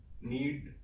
need